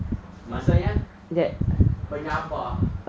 maksudnya lapar